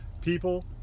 people